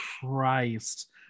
Christ